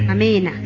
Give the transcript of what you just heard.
Amen